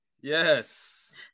Yes